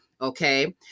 okay